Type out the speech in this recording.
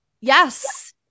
Yes